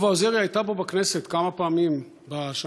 אהובה עוזרי הייתה פה בכנסת כמה פעמים בשנה,